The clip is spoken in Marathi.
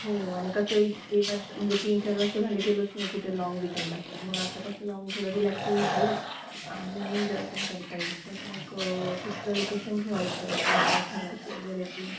हो आणि कसं आहे की वर्ष म्हणजे तीन चार वर्षं झाले गेलोच नाही कुठे लाँग विकेंडला तर मग आता कसं जाऊन थोडं रिलॅक्सही होता येईल आणि एन्जॉय पण करता येईल तर मग कुठलं लोकेशन ठेवायचं किंवा काय ठरवायचं वगैरे इथली